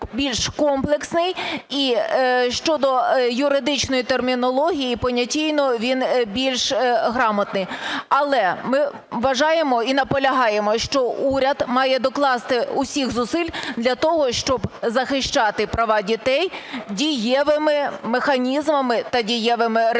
більш комплексний і щодо юридичної термінології понятійно він більш грамотний. Але ми вважаємо і наполягаємо, що уряд має докласти усіх зусиль для того, щоб захищати права дітей дієвими механізмами та дієвими ресурсами,